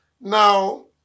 Now